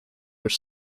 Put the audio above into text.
are